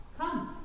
come